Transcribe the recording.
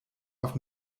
auf